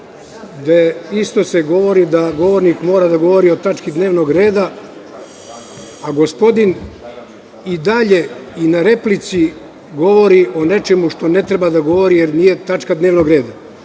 se isto govori da govornik mora da govori o tački dnevnog reda, a gospodin i dalje na replici govori o nečemu što ne treba da govori jer nije tačka dnevnog reda. Ako